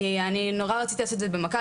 כי אני נורא רציתי לעשות את זה במכה,